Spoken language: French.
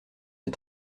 des